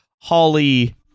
Holly